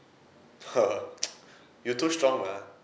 you're too strong lah